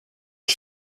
its